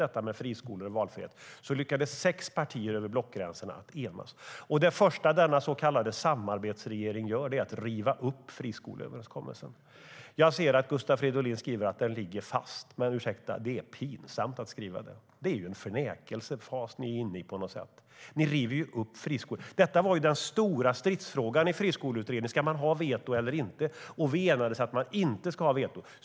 Den lyckades sex partier enas om över blockgränserna. STYLEREF Kantrubrik \* MERGEFORMAT Svar på interpellationerDetta var ju den stora stridsfrågan i friskoleutredningen: Ska man ha veto eller inte? Vi enades om att man inte ska ha veto.